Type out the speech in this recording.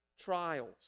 trials